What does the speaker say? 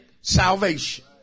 salvation